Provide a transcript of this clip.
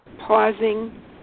pausing